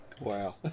Wow